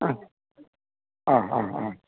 ആ ആഹ് ആഹ് ആഹ്